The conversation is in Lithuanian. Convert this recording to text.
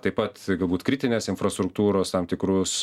taip pat galbūt kritinės infrastruktūros tam tikrus